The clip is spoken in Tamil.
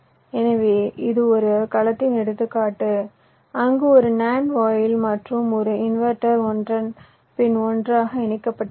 எனவே இது ஒரு கலத்தின் எடுத்துக்காட்டு அங்கு ஒரு NAND வாயில் மற்றும் ஒரு இன்வெர்ட்டர் ஒன்றன் பின் ஒன்றாக இணைக்கப்பட்டுள்ளன